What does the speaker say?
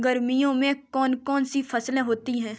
गर्मियों में कौन कौन सी फसल होती है?